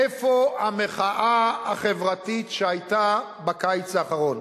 איפה המחאה החברתית שהיתה בקיץ האחרון?